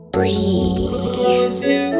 Breathe